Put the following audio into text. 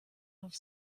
auf